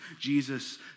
Jesus